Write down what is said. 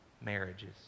marriages